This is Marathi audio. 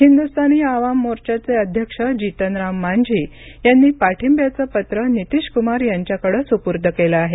हिंदुस्तानी आवाम मोर्चाचे अध्यक्ष जीतनराम माझी यांनी पाठिंब्याचं पत्र नीतीश कुमार यांच्याकडे सुपूर्द केलं आहे